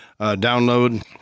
download